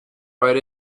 right